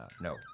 No